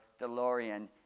DeLorean